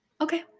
Okay